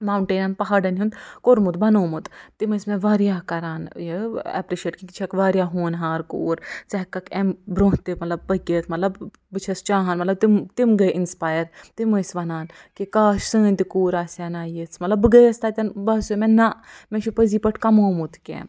mountain پہاڑَن ہُند کوٚرمُت بنوومُت تِم ٲسۍ مےٚ واریاہ کَران یہِ ایپرِشیٹ کہِ ژٕ چھَکھ واریاہ ہونہار کوٗر ژٕ ہٮ۪کَکھ ایٚمہِ برٛونٛہہ تہِ مطلب پٔکِتھ مطلب بہٕ چھَس چاہان مطلب تِم تِم گٔے اِنسپایر تِم ٲسۍ وَنان کہِ کاش سٲنۍ تہِ کوٗر آسہِ ہا نا یِژھ مطلب بہٕ گٔیَس تَتٮ۪ن باسٮ۪و مےٚ نہَ مےٚ چھُ پٔزی پٲٹھۍ کموومُت کیٚنٛہہ